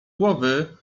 głowy